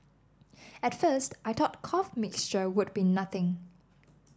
at first I thought cough mixture would be nothing